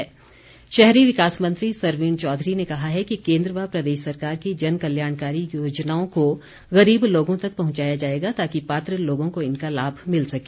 सरवीण शहरी विकास मंत्री सरवीण चौधरी ने कहा है कि केन्द्र व प्रदेश सरकार की जन कल्याणकारी योजनाओं को गरीब लोगों तक पहुंचाया जाएगा ताकि पात्र लोगों को इनका लाभ मिल सके